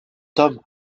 tom